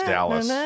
Dallas